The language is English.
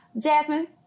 Jasmine